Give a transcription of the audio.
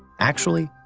actually,